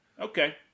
Okay